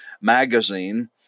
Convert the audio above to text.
magazine